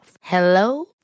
Hello